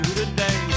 today